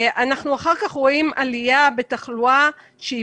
אנחנו אחר כך רואים עלייה בתחלואה שהיא